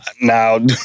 now